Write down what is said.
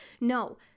No